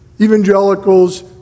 Evangelicals